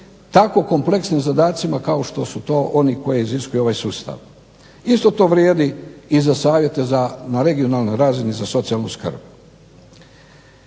tako kompleksnim zadacima kao što su to oni koje iziskuje ovaj sustav. Isto to vrijedi i za savjete na regionalnoj razini za socijalnu skrb.